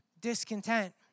discontent